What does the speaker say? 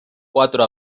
cuatro